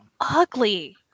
ugly